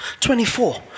24